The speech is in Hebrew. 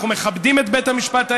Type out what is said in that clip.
אנחנו מכבדים את בית המשפט העליון,